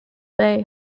bay